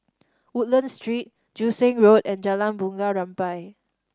Woodlands Street Joo Seng Road and Jalan Bunga Rampai